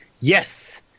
Yes